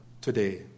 today